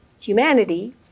humanity